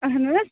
اَہَن حظ